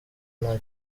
nta